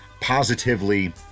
positively